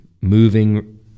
moving